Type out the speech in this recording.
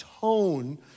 tone